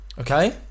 okay